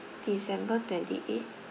december twenty-eight